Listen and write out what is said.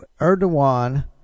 Erdogan